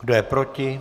Kdo je proti?